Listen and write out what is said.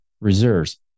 reserves